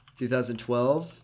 2012